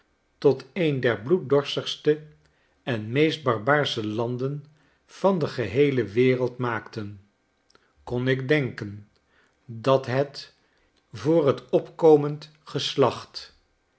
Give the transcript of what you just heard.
tot een der bloeddorstige en meest barbaarsche landen van de geheele wereld maakten kon ik denken dat het voor t opkomend geslacht